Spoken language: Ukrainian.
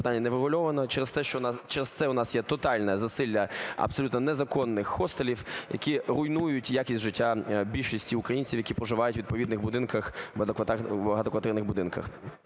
питання не врегульовано, через це у нас є тотальне засилля абсолютно незаконних хостелів, які руйнують якість життя більшості українців, які проживають у відповідних будинках, в багатоквартирних будинках.